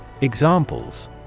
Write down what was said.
Examples